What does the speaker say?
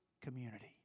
community